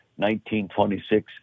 1926